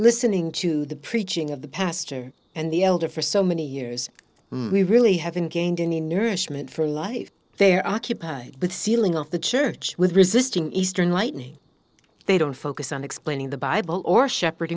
listening to the preaching of the pastor and the elder for so many years we really haven't gained any nourishment for life they're occupied with sealing off the church with resisting eastern lightning they don't focus on explaining the bible or shepherd